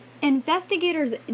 investigators